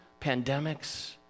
Pandemics